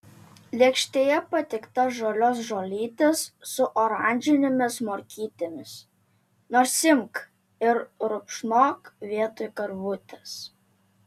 lėkštėje patiekta žalios žolytės su oranžinėmis morkytėmis nors imk ir rupšnok vietoj karvutės